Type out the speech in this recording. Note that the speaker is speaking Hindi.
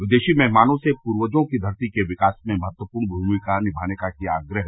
विदेशी मेहमानों से पूर्वजों की धरती के विकास में महत्वपूर्ण भूमिका निभाने का किया आग्रह